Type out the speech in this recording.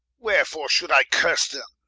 wherefore should i cursse them?